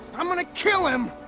i'm gonna kill him.